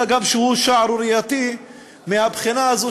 אלא הוא גם שערורייתי מהבחינה הזאת